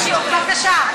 בבקשה.